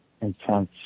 intense